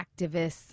activists